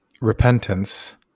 repentance